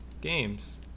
Games